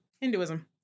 hinduism